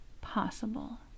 possible